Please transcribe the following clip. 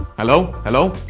hello. hello.